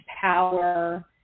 power